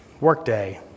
Workday